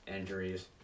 injuries